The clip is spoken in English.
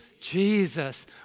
Jesus